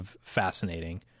fascinating